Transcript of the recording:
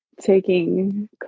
taking